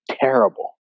terrible